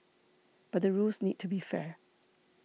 but the rules need to be fair